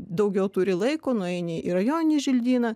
daugiau turi laiko nueini į rajoninį želdyną